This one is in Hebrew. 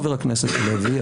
חבר הכנסת הלוי,